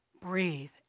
Breathe